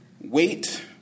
wait